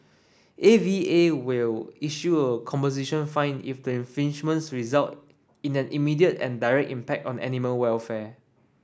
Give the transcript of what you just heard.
A V A will issue a composition fine if the infringements result in an immediate and direct impact on animal welfare